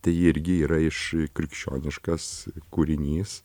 tai irgi yra iš krikščioniškas kūrinys